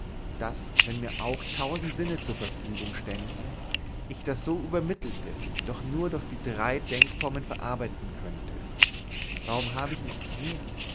daß wenn mir auch tausend sinne zur verfügung ständen ich das so übermittelte doch nur durch die drei denkformen verarbeiten könnte warum habe ich nicht mehr